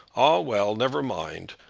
ah, well never mind.